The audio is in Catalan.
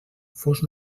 fos